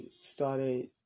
started